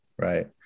right